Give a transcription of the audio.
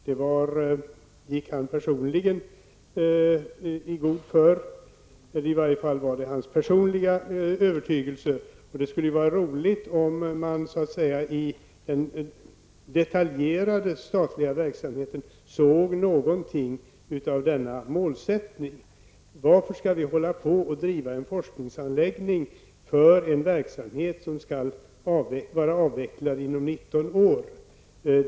Det gick han personligen i god för -- i varje fall var det hans personliga övertygelse. Det skulle vara roligt om man i olika delar av den statliga verksamheten kunde se någonting av denna målsättning. Varför skall vi driva en forskningsanläggning för en verksamhet som skall avvecklas inom 19 år?